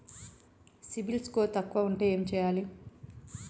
CIBIL score తక్కువ ఉంటే ఏం చేయాలి?